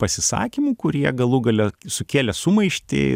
pasisakymų kurie galų gale sukėlė sumaištį